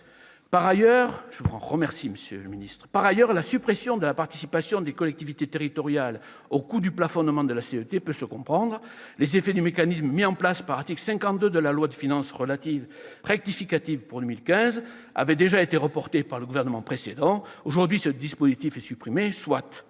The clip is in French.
Par ailleurs, la suppression de la participation des collectivités territoriales au coût du plafonnement de la CET, la contribution économique territoriale, peut se comprendre. Les effets du mécanisme mis en place par l'article 52 de la loi de finances rectificative pour 2015 avaient déjà été reportés par le gouvernement précédent. Aujourd'hui, ce dispositif est supprimé, soit